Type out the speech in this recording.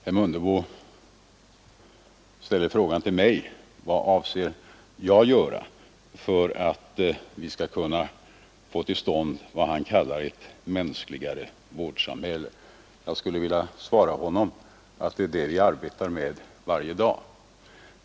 Herr Mundebo frågar vad jag avser göra för att vi skall kunna få till stånd vad han kallar ett mänskligare vårdsamhälle. Jag vill svara honom att det är detta vi arbetar med varje dag.